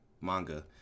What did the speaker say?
manga